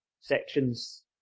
sections